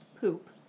poop